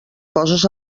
coses